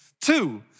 Two